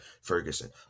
Ferguson